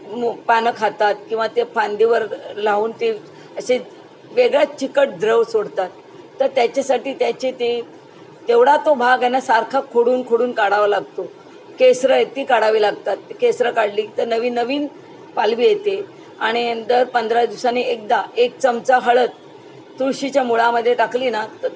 पानं खातात किंवा ते फांदीवर लावून ते असे वेगळ्यात चिकट द्रव सोडतात तर त्याच्यासाठी त्याचे तेवढा तो भागासारखा खोडून खोडून काढावा लागतो केसरं ती काढावी लागतात केसरं काढली तर नवीन नवीन पालवी येते आणि दर पंधरा दिवसानी एकदा एक चमचा हळद तुळशीच्या मुळामधे टाकली ना तर